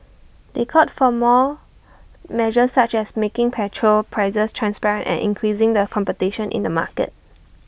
they called for more measures such as making petrol prices transparent and increasing the competition in the market